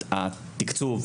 התקצוב,